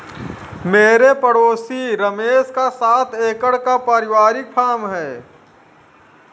मेरे पड़ोसी रमेश का सात एकड़ का परिवारिक फॉर्म है